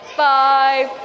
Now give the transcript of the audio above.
five